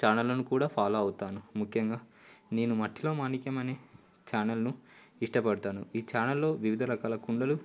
ఛానళ్లను కూడా ఫాలో అవుతాను ముఖ్యంగా నేను మట్టిలో మాణిక్యం అనే ఛానల్ను ఇష్టపడతాను ఈ ఛానల్లో వివిధ రకాల కుండలు